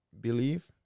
believe